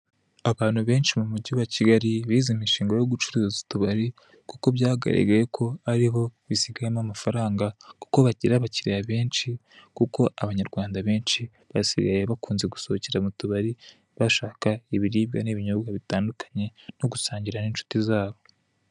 Abantu benshi mu mujyi wa kigali bize imishinga yo gucuruza utubari kuko byagaragaye ko ariho hisigama amafaranga, kuko bagira abakiriya benshi kandi abanyarwanda benshi basigaye bakunze gusohokera mu tubari bashaka ibiribwa n'ibinyobwa bitandukanye no gusangira n'inshuti zabo.